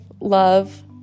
love